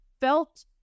felt